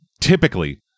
typically